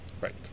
right